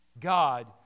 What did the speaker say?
God